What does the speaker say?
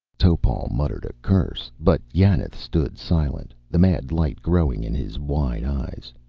topal muttered a curse, but yanath stood silent, the mad light growing in his wide eyes.